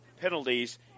penalties